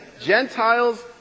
Gentiles